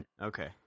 Okay